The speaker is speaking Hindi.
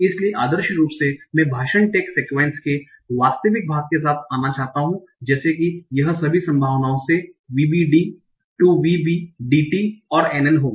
इसलिए आदर्श रूप से मैं भाषण टैग सिक्यूएन्स के वास्तविक भाग के साथ आना चाहता हूं जैसे कि यह सभी संभावनाओं से VBD TO VB DT और NN होगा